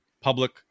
public